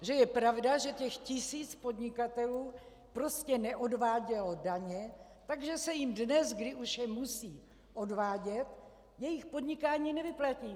Že je pravda, že těch tisíc podnikatelů prostě neodvádělo daně, takže se jim dnes, kdy už je musí odvádět, jejich podnikání nevyplatí.